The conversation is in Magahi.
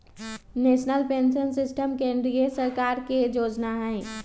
नेशनल पेंशन सिस्टम केंद्रीय सरकार के जोजना हइ